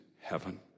heaven